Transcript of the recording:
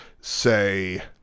say